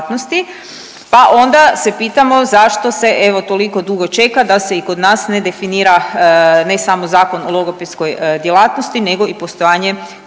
pa onda se pitamo zašto se evo toliko dugo čeka da se i kod nas ne definira ne samo Zakon o logopedskoj djelatnosti nego i postojanje komore